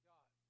God